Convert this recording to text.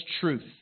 truth